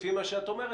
לפי מה שאת אומרת,